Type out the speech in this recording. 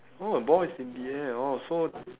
oh ball is in the air oh so